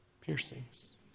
piercings